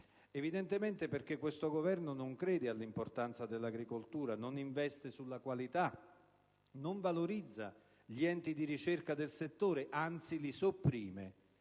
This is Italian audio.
evidentemente perché questo Governo non crede all'importanza dell'agricoltura, non investe sulla qualità, non valorizza gli enti di ricerca del settore, anzi li sopprime,